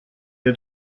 der